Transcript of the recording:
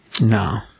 No